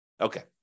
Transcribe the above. Okay